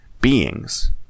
beings